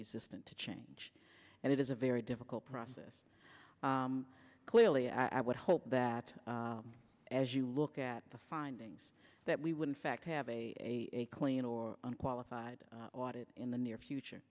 resistant to change and it is a very difficult process clearly i would hope that as you look at the findings that we would in fact have a clean or unqualified audit in the near future